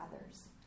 others